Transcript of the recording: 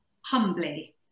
humbly